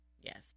Yes